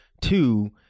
Two